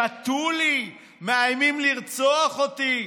שתו לי, מאיימים לרצוח אותי.